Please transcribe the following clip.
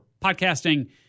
podcasting